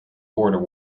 border